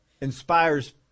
Inspires